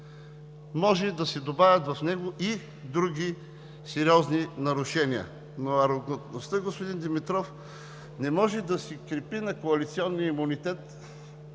Може и да се добавят в него и други сериозни нарушения. Арогантността, господин Димитров, не може да се крепи на коалиционния имунитет,